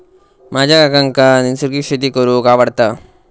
माझ्या काकांका नैसर्गिक शेती करूंक आवडता